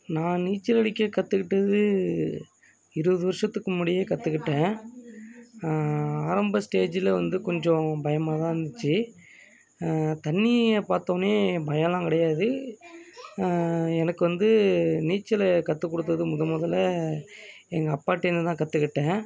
நான் நீச்சல் அடிக்க கற்றுகிட்டது இருபது வருஷத்துக்கு முன்னாடியே கற்றுக்கிட்டேன் ஆரம்ப ஸ்டேஜில் வந்து கொஞ்சம் பயமாக தான் இருந்துச்சி தண்ணியை பார்த்தோன்னே பயோலம் கிடையாது எனக்கு வந்து நீச்சலு கற்றுக்குடுத்தது முத முதல எங்கள் அப்பாகிட்டேந்து தான் கற்றுக்கிட்டேன்